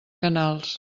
canals